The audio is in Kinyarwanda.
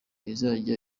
izajya